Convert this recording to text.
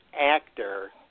actor